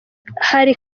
hari